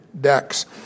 decks